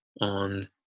on